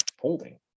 holding